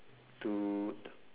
toot